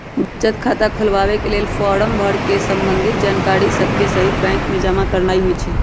बचत खता खोलबाके लेल फारम भर कऽ संबंधित जानकारिय सभके सहिते बैंक में जमा करनाइ होइ छइ